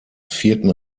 vierten